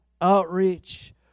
outreach